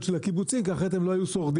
של הקיבוצים כי אחרת הם לא היו שורדים.